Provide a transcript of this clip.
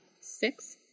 six